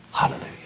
Hallelujah